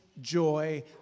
joy